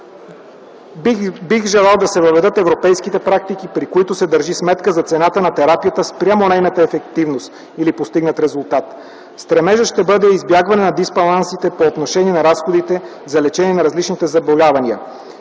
Бих желал да се въведат европейските практики, при които се държи сметка за цената на терапията спрямо нейната ефективност или постигнат резултат. Стремежът ще бъде избягване на дисбалансите по отношение на разходите за лечение на различните заболявания.